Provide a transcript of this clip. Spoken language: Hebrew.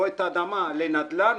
או את האדמה לנדל"ן,